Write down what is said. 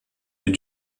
mais